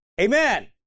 Amen